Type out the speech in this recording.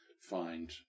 find